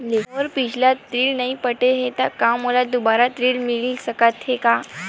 मोर पिछला ऋण नइ पटे हे त का मोला दुबारा ऋण मिल सकथे का?